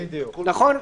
נכון?